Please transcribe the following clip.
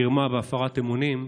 מרמה והפרת אמונים,